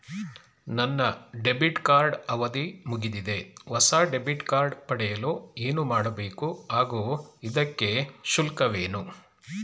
ನನ್ನ debit card ಅವಧಿ ಮುಗಿದಿದೆ ಹೊಸ ಡೆಬಿಟ್ ಕಾರ್ಡ್ ಪಡೆಯಲು ಏನು ಮಾಡಬೇಕು ಹಾಗೂ ಇದಕ್ಕೆ ಶುಲ್ಕವೇನು?